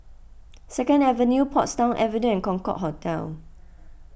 Second Avenue Portsdown Avenue and Concorde Hotel